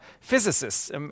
physicists